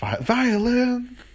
Violin